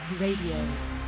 Radio